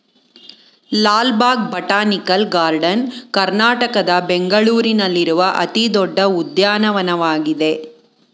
Lal Bagh botanical garden ಕರ್ನಾಟಕದ ಬೆಂಗಳೂರಿನಲ್ಲಿರುವ ಅತಿ ದೊಡ್ಡ ಉದ್ಯಾನವನವಾಗಿದೆ